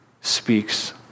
speaks